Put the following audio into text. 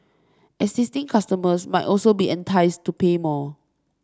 existing customers might also be enticed to pay more